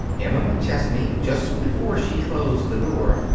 emma mcchesney, just before she closed the door,